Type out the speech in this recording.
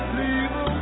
leave